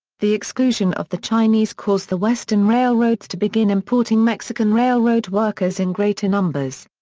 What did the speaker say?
the exclusion of the chinese caused the western railroads to begin importing mexican railroad workers in greater numbers.